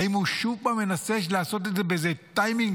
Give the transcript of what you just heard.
האם הוא שוב פעם מנסה לעשות את זה באיזה טיימינג